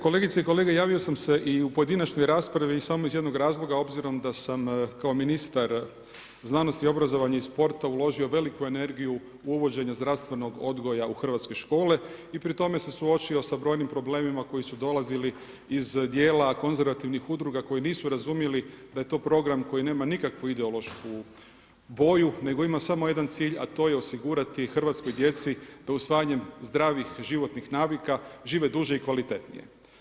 Kolegice i kolege, javio sam se i u pojedinačnoj raspravi samo iz jednog razloga obzirom da sam kao ministar znanosti, obrazovanja i sporta uložio veliku energiju u uvođenje zdravstvenog odgoja u hrvatske škole i pri tome se suočio sa brojnim problemima koji su dolazili iz dijela konzervativnih udruga koji nisu razumjeli da je to program koji nema nikakvu ideološku boju, nego ima samo jedan cilj a to je osigurati hrvatskoj djeci da usvajanjem zdravih životnih navika žive duže i kvalitetnije.